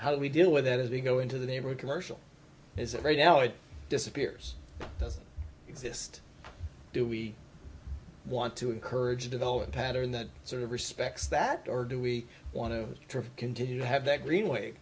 how do we deal with that as we go into the neighborhood commercial is a very now it disappears doesn't exist do we want to encourage develop hatter in that sort of respects that or do we want to continue to have that green